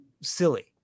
silly